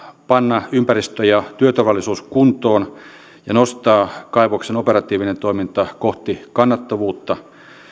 panna ympäristö ja työturvallisuus kuntoon ja nostaa kaivoksen operatiivinen toiminta kohti kannattavuutta